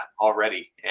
already